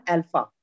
Alpha